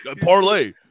parlay